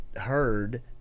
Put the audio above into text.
heard